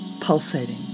pulsating